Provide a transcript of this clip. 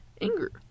Anger